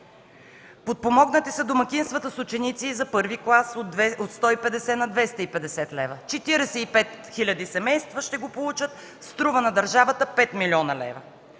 подпомогнати са домакинствата с ученици в първи клас от 150 на 250 лв. – 45 хил. семейства ще го получат – струва на държавата 5 млн. лв.